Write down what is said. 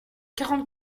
quarante